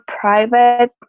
private